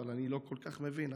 אבל אני לא כל כך מבין.